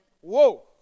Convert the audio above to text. Whoa